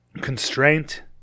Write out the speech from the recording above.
Constraint